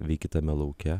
veiki tame lauke